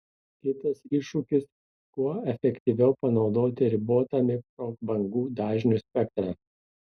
kitas iššūkis kuo efektyviau panaudoti ribotą mikrobangų dažnių spektrą